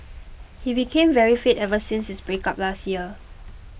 he became very fit ever since his breakup last year